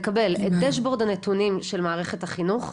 לקבל את דשבורד הנתונים של מערכת החינוך,